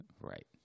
Right